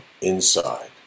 inside